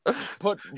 put